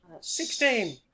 Sixteen